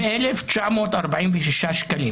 416,842,946 שקלים.